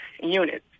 units